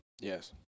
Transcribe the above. Yes